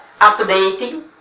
updating